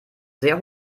sehr